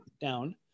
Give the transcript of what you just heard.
down